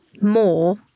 more